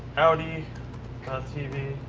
audi kind of tv.